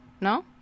No